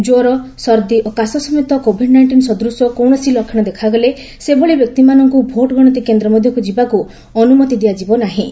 କ୍ୱର ସର୍ଦ୍ଦି ଓ କାଶ ସମେତ କୋଭିଡ୍ ନାଇଷ୍ଟିନ୍ ସଦୃଶ କୌଣସି ଲକ୍ଷଣ ଦେଖାଗଲେ ସେଭଳି ବ୍ୟକ୍ତିମାନଙ୍କୁ ଭୋଟ ଗଣତି କେନ୍ଦ୍ର ମଧ୍ୟକୁ ଯିବାକୁ ଅନୁମତି ଦିଆଯିବ ନାହିଁ